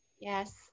Yes